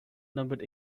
numbered